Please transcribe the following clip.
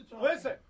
listen